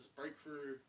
breakthrough